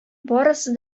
барысы